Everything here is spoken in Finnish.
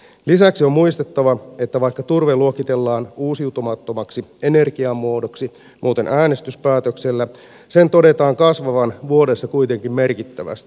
lisäksi on muistettava että vaikka turve luokitellaan uusiutumattomaksi energiamuodoksi muuten äänestyspäätöksellä sen todetaan kasvavan vuodessa kuitenkin merkittävästi